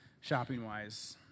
shopping-wise